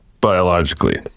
biologically